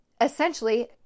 Essentially